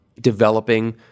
developing